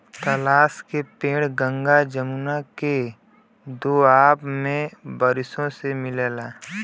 पलाश के पेड़ गंगा जमुना के दोआब में बारिशों से मिलला